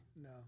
No